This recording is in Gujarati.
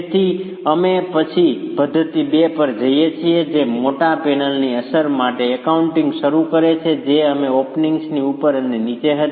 તેથી અમે પછી પદ્ધતિ 2 પર જઈએ છીએ જે મોટા પેનલની અસર માટે એકાઉન્ટિંગ શરૂ કરે છે જે અમે ઓપનિંગની ઉપર અને નીચે હતી